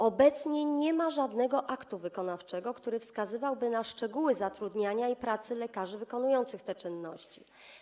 Obecnie nie ma żadnego aktu wykonawczego, który wskazywałby na szczegóły zatrudniania i pracy lekarzy wykonujących te czynności.